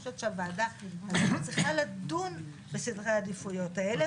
אני חושבת שהוועדה צריכה לדון בסדרי העדיפויות האלה.